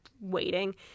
waiting